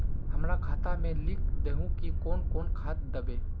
हमरा खाता में लिख दहु की कौन कौन खाद दबे?